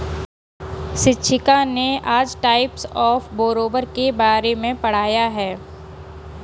शिक्षिका ने आज टाइप्स ऑफ़ बोरोवर के बारे में पढ़ाया है